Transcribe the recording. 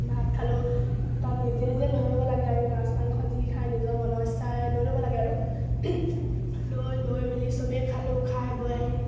ভাত খালোঁ তাত নিজে নিজে লৈ ল'ব লাগে আৰু মাছ মাংস যি খাই নিজৰ মন ইচ্ছাৰে লৈ ল'ব লাগে আৰু লৈ লৈ মেলি সবেই খালোঁ খাই বৈ আহি